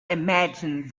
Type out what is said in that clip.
imagined